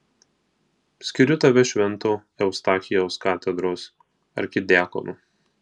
skiriu tave švento eustachijaus katedros arkidiakonu